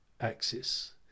axis